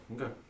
okay